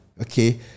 Okay